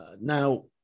Now